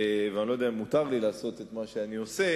ואני לא יודע אם מותר לי לעשות את מה שאני עושה,